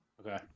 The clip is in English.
Okay